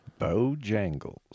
Bojangles